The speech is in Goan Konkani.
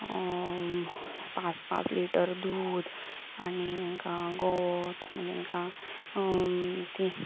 पांच पांच लिटर दूद आनी तांकां गंव मागीर तांकां तें